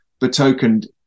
betokened